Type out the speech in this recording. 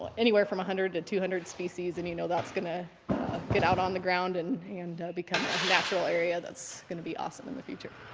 anywhere from one hundred to two hundred species and you know that's gonna get out on the ground and and become a natural area that's gonna be awesome in the future.